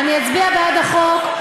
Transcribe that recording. אני אצביע בעד החוק,